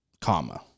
comma